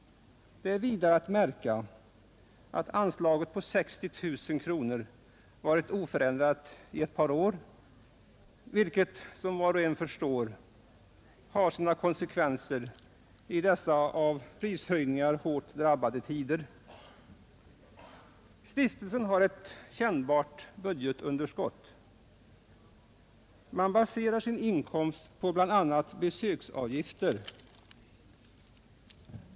Det är vidare att märka att anslaget på 60 000 kronor varit oförändrat i ett par år, vilket som var och en förstår har sina konsekvenser i dessa av prishöjningar hårt drabbade tider, Stiftelsen har ett kännbart budgetunderskott. Man baserar sin inkomst bl.a. på besöksavgifter.